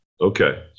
Okay